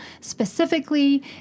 specifically